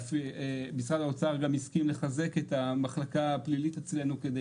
משרד האוצר גם הסכים לחזק את המחלקה הפלילית אצלנו כדי